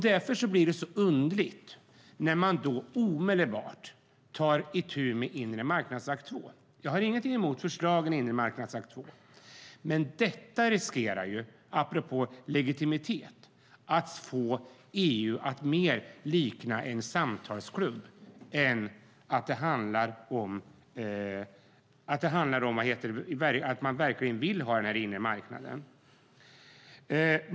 Därför blir det så underligt när man omedelbart tar itu med Inremarknadsakten II. Jag har inget emot förslagen i Inremarknadsakten II, men apropå legitimitet riskerar detta att få EU att mer likna en samtalsklubb än att man verkligen vill ha en inre marknad.